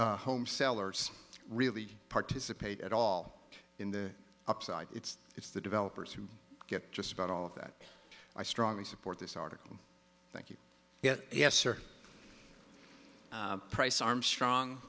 home sellers really participate at all in the upside it's it's the developers who get just about all of that i strongly support this article yet yes or price armstrong